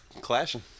clashing